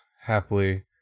happily